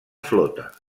flota